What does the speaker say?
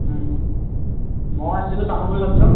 মই আছিলোঁ চামগুৰি সত্ৰ